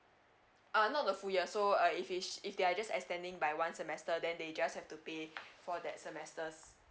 uh no the full year so uh if it's if they are just extending by one semester then they just have to pay for that semester